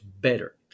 better